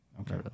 Okay